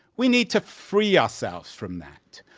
we need to free ourselves from that.